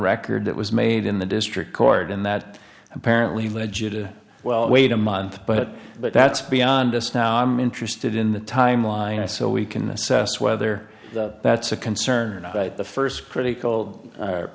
record that was made in the district court and that apparently legit well wait a month but but that's beyond us now i'm interested in the timeline i so we can assess whether that's a concern the first critical